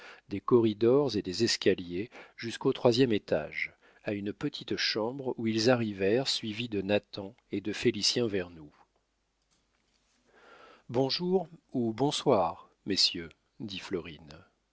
des corridors et des escaliers jusqu'au troisième étage à une petite chambre où ils arrivèrent suivis de nathan et de félicien vernou bonjour ou bonsoir messieurs